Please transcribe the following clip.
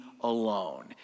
alone